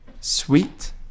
sweet